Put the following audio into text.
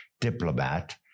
diplomat